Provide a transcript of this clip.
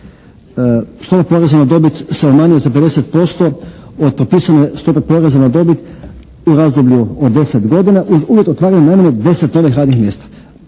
stopa poreza na dobit se umanjuje za 50% od propisane stope poreza na dobit u razdoblju od 10 godina uz uvjet otvaranja najmanje 10 novih radnih mjesta.